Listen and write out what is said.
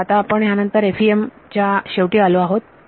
तर हो आता आपण ह्यानंतर FEM पण त्या शेवटी आलो आहोत